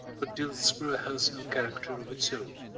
but dillsborough has no character of its own,